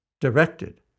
directed